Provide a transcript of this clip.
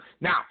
Now